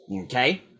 okay